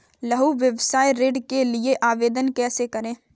लघु व्यवसाय ऋण के लिए आवेदन कैसे करें?